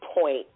point